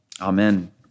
Amen